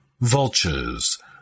VULTURES